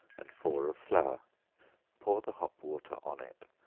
and four of flour pour the hop-water on it,